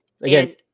Again